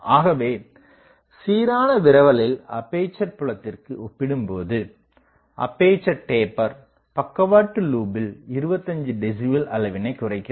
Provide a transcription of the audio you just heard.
ஆகவே சீரான விரவலில் அப்பேசர் புலத்திற்கு ஒப்பிடும் போது அப்பேசர் டேபர் பக்கவாட்டுலூப்பில் 25 டெசிபல் அளவினை குறைக்கிறது